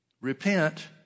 Repent